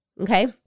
Okay